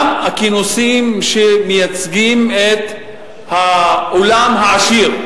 גם הכינוסים שמייצגים את העולם העשיר,